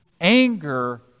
anger